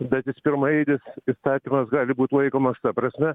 bet jis pirmaeilis įstatymas gali būt laikomas ta prasme